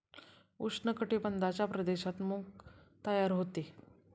उष्ण कटिबंधाच्या प्रदेशात मूग तयार होते